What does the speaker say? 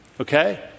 Okay